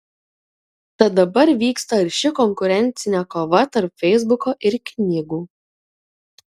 tad dabar vyksta arši konkurencinė kova tarp feisbuko ir knygų